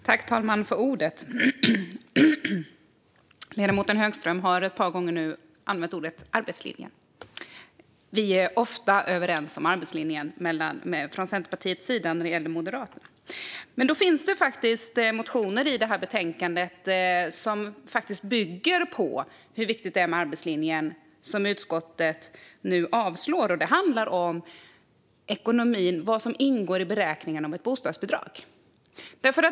Fru talman! Ledamoten Högström har ett par gånger nu använt ordet arbetslinjen. Centerpartiet och Moderaterna är ofta överens om arbetslinjen. Det finns faktiskt motioner i det här betänkandet som bygger på hur viktigt det är med arbetslinjen - motioner som utskottet nu avslår. De handlar om ekonomin, vad som ingår i beräkningen av ett bostadsbidrag.